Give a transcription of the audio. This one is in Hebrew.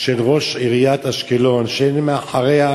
של ראש עיריית אשקלון שאין מאחוריה